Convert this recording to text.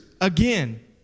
again